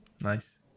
nice